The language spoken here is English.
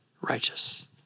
righteous